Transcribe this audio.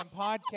podcast